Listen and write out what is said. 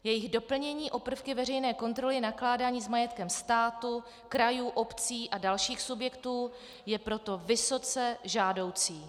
Jejich doplnění o prvky veřejné kontroly nakládání s majetkem státu, krajů, obcí a dalších subjektů je proto vysoce žádoucí.